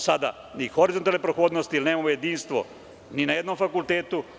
Sada nemamo ni horizontalne prohodnosti, jer nemamo jedinstvo ni na jednom fakultetu.